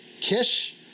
Kish